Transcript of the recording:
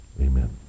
Amen